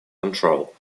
control